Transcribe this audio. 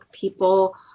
people